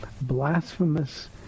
blasphemous